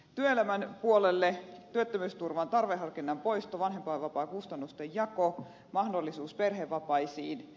työelämän puolelle työttömyysturvan tarveharkinnan poisto vanhempainvapaan kustannustenjako mahdollisuus perhevapaisiin